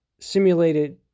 simulated